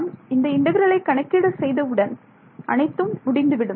நான் இந்த இன்டெக்ரலை கணக்கீடு செய்தவுடன் அனைத்தும் முடிந்துவிடும்